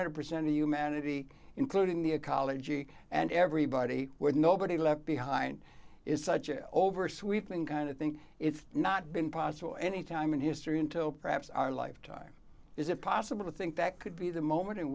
hundred percent of humanity including the ecology and everybody with nobody left behind is such an over sweeping kind of think it's not been possible any time in history until perhaps our lifetime is it possible to think that could be the moment